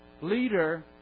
leader